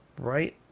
right